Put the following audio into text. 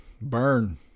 Burn